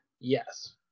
Yes